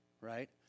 Right